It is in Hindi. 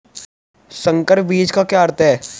संकर बीज का अर्थ क्या है?